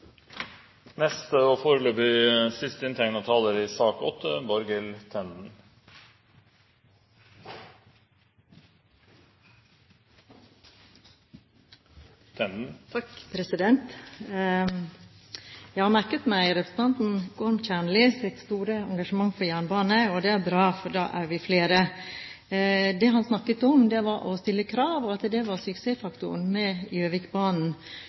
Jeg har merket meg representanten Gorm Kjernlis store engasjement for jernbane, og det er bra, for da er vi flere. Det han snakket om, var å stille krav og at det var suksessfaktoren med